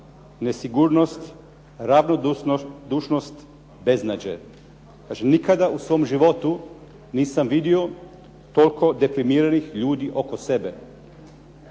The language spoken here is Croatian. nesigurnost, ravnodušnost, beznađe. Znači, nikada u svom životu nisam vidio toliko deprimiranih ljudi oko sebe.